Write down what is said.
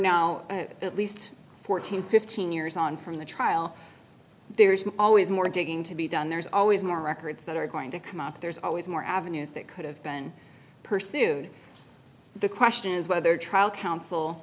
now at least fourteen fifteen years on from the trial there is always more digging to be done there's always more records that are going to come out there's always more avenues that could have been pursued the question is whether trial counsel